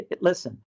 listen